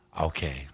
okay